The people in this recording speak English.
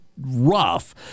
rough